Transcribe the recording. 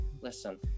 listen